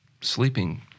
sleeping